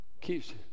Keeps